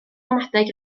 ramadeg